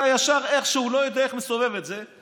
אתה ישר, איכשהו, לא יודע איך, מסובב את זה.